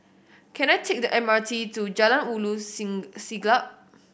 can I take the M R T to Jalan Ulu Siglap